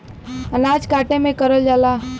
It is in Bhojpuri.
अनाज काटे में करल जाला